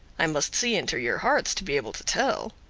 i must see into your hearts to be able to tell.